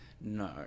No